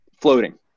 floating